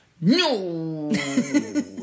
No